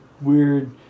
weird